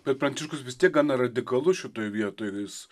bet pranciškus vis tiek gana radikalus šitoj vietoj jis